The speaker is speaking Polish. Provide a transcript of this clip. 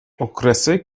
okresy